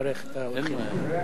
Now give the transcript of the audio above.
את האורחים.